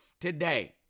today